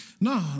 No